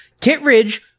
Kitridge